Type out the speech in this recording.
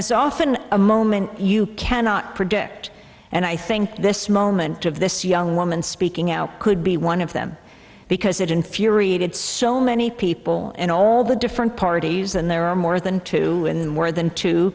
it's often a moment you cannot predict and i think this moment of this young woman speaking out could be one of them because it infuriated so many people in all the different parties and there are more than two and more than two